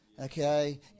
Okay